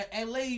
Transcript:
LA